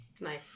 Nice